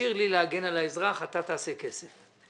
להשאיר לי להגן על האזרח - אתה תעשה כסף.